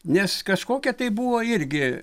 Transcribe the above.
nes kažkokia tai buvo irgi